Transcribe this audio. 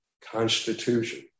Constitution